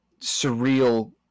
surreal